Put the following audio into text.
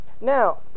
Now